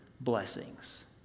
blessings